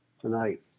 tonight